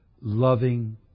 loving